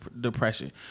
depression